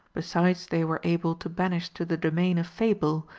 besides they were able to banish to the domain of fable,